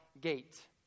gate